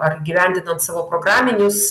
ar įgyvendinant savo programinius